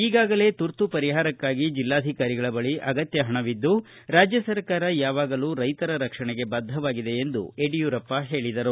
ಈಗಾಗಲೇ ತುರ್ತು ಪರಿಹಾರಕ್ಕಾಗಿ ಜಿಲ್ಲಾಧಿಕಾರಿಗಳ ಬಳಿ ಅಗತ್ತ ಪಣವಿದ್ದು ರಾಜ್ಯ ಸರ್ಕಾರ ಯಾವಾಗಲೂ ರೈತರ ರಕ್ಷಣೆಗೆ ಬದ್ದವಾಗಿದೆ ಎಂದು ಯಡಿಯೂರಪ್ಪ ಹೇಳಿದರು